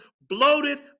bloated